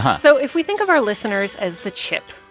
so if we think of our listeners as the chip.